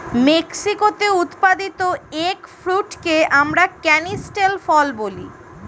মেক্সিকোতে উৎপাদিত এগ ফ্রুটকে আমরা ক্যানিস্টেল ফল বলি